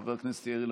חבר הכנסת יאיר לפיד,